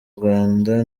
rwanda